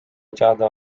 teada